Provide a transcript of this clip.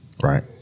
Right